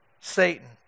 Satan